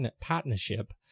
partnership